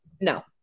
No